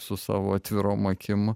su savo atvirom akim